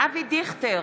אבי דיכטר,